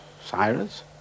Cyrus